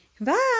Bye